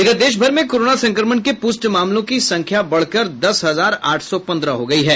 इधर देश भर में कोरोना संक्रमण के पुष्ट मामलों की संख्या बढ़कर दस हजार आठ सौ पन्द्रह हो गयी है